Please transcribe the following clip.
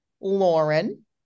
Lauren